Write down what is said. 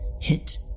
hit